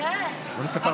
אני ספרתי.